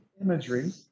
imagery